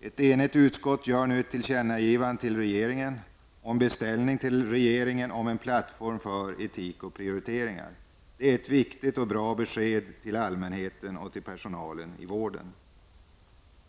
Ett enigt utskott gör nu ett tillkännagivande och en beställning till regeringen om en plattform för etik och prioriteringar. Detta är ett viktigt besked till allmänheten och personalen inom vården.